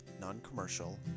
non-commercial